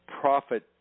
profit